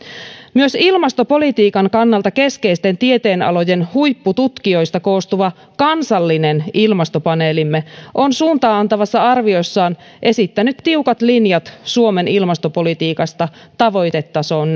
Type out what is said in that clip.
myös ilmastopolitiikan kannalta keskeisten tieteenalojen huippututkijoista koostuva kansallinen ilmastopaneelimme on suuntaa antavassa arviossaan esittänyt tiukat linjat suomen ilmastopolitiikasta tavoitetasoon